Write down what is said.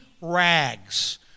rags